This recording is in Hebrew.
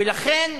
ולכן,